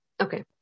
Okay